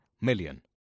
million